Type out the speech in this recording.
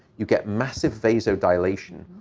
you get massive vasodilation.